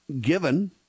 given